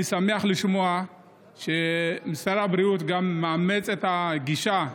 אני שמח לשמוע ששר הבריאות מאמץ את הגישה,